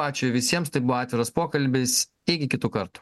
ačiū visiems tai buvo atviras pokalbis iki kitų kartų